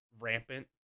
rampant